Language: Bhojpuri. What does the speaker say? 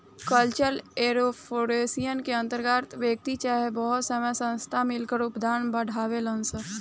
कल्चरल एंटरप्रेन्योरशिप के अंतर्गत व्यक्ति चाहे बहुत सब संस्थान मिलकर उत्पाद बढ़ावेलन सन